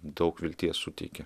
daug vilties suteikė